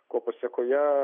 ko pasėkoje